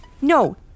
No